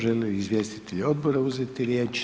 Žele li izvjestitelji odbora uzeti riječ?